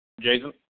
Jason